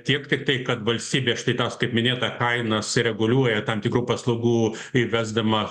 tiek tiktai kad valstybė štai tas kaip minėta kainas reguliuoja tam tikrų paslaugų įvesdama